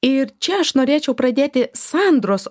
ir čia aš norėčiau pradėti sandros